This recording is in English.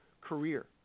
career